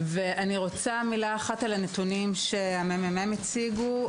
אני רוצה לומר מילה אחת על הנתונים שהממ״מ הציגו,